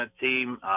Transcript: team